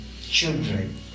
children